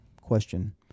question